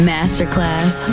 Masterclass